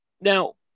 now